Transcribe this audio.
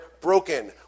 broken